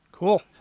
Cool